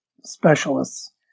specialists